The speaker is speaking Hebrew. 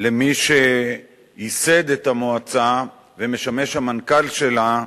למי שייסד את המועצה ומשמש המנכ"ל שלה,